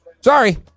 Sorry